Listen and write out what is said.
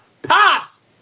Pops